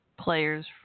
Players